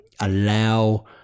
allow